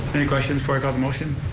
any questions before i call the motion?